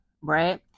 right